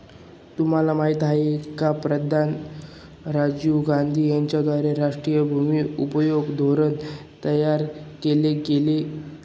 तुम्हाला माहिती आहे का प्रधानमंत्री राजीव गांधी यांच्याद्वारे राष्ट्रीय भूमि उपयोग धोरण तयार केल गेलं ते?